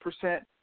percent